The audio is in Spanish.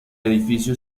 edificio